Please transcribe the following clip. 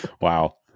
Wow